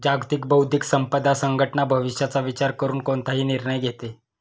जागतिक बौद्धिक संपदा संघटना भविष्याचा विचार करून कोणताही निर्णय घेते